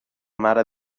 mare